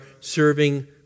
serving